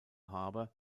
harbor